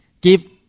give